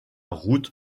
route